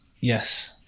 Yes